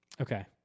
Okay